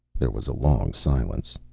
there was a long silence.